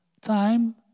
time